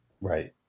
right